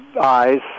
eyes